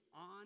on